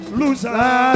loser